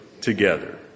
together